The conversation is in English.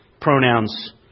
pronouns